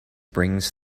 brings